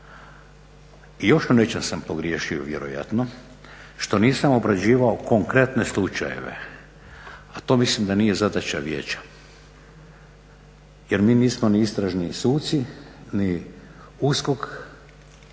I još u nečem sam pogriješio vjerojatno, što nisam obrađivao konkretne slučajeve, a to mislim da nije zadaća vijeća jer mi nismo ni istražni suci, ni USKOK,